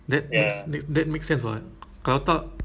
ah mostly